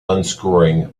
unscrewing